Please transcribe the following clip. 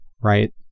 right